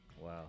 Wow